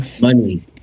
Money